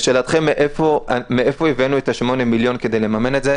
לשאלתכם מאיפה הבאנו את ה-8 מיליון כדי לממן את זה,